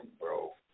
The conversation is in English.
bro